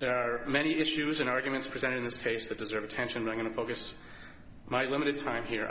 there are many issues and arguments presented in this case that deserve attention we're going to focus my limited time here